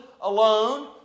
alone